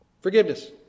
Forgiveness